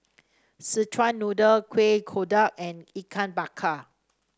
Szechuan Noodle Kueh Kodok and Ikan Bakar